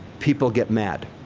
people get mad.